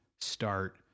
start